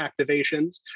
activations